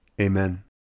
amen